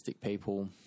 people